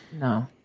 No